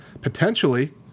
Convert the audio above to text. potentially